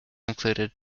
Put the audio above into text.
included